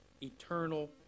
eternal